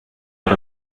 out